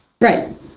Right